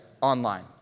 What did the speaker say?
online